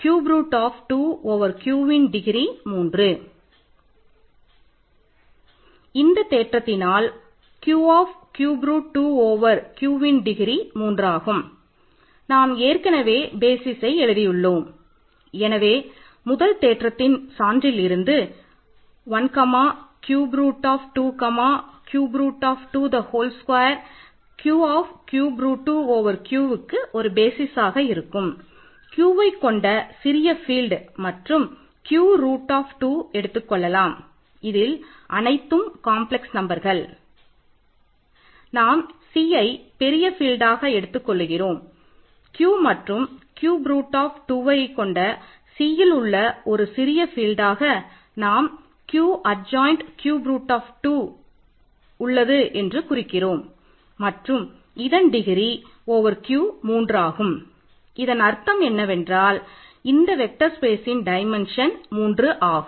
இந்தத் தேற்றத்தினால் Q of 3 ஆகும்